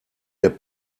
der